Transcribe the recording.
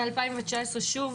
ב-2019 שוב.